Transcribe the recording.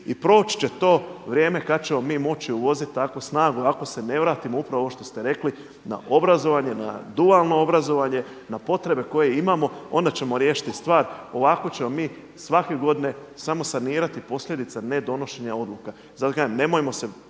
I proći će to vrijeme kad ćemo mi moći uvoziti takvu snagu ako se ne vratimo upravo ovo što ste rekli na obrazovanje, na dualno obrazovanje, na potrebe koje imamo onda ćemo riješiti stvar. Ovako ćemo mi svake godine samo sanirati posljedice nedonošenja odluka. Zato kažem nemojmo se